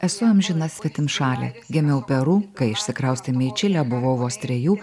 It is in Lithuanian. esu amžina svetimšalė gimiau peru kai išsikraustėme į čilę buvau vos trejų